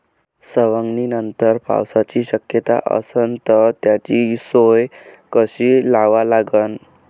सवंगनीनंतर पावसाची शक्यता असन त त्याची सोय कशी लावा लागन?